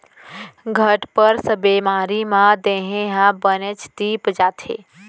घटसर्प बेमारी म देहे ह बनेच तीप जाथे